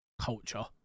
culture